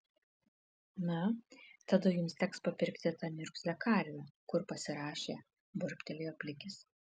na tada jums teks papirkti tą niurgzlę karvę kur pasirašė burbtelėjo plikis